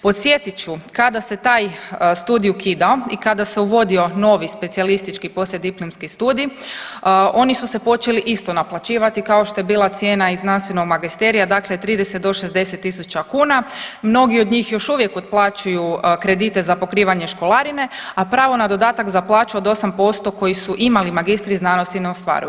Podsjetit ću kada se taj studij ukidao i kada se uvodio novi specijalistički poslijediplomski studij oni su se počeli isto naplaćivati kao što je bila cijena i znanstvenog magisterija dakle 30 do 60.000 kuna, mnogi od njih još uvijek otplaćuju kredite za pokrivanje školarine, a pravo na dodatak na plaću od 8% koji su imali magistri znanosti ne ostvaruju.